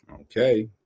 Okay